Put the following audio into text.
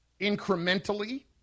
incrementally